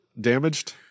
damaged